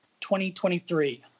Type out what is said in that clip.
2023